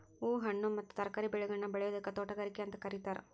ಹೂ, ಹಣ್ಣು ಮತ್ತ ತರಕಾರಿ ಬೆಳೆಗಳನ್ನ ಬೆಳಿಯೋದಕ್ಕ ತೋಟಗಾರಿಕೆ ಅಂತ ಕರೇತಾರ